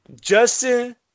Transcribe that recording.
Justin